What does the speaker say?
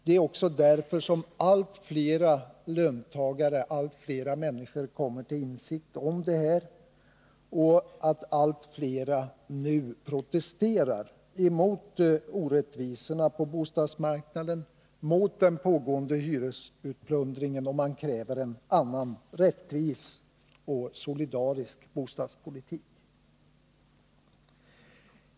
Det är också därför som allt fler, löntagare och andra, kommer till insikt om det här och allt fler nu protesterar emot orättvisorna på bostadsmarknaden och mot den pågående hyresutplundringen. Man kräver en annan, rättvis och solidarisk bostadspolitik.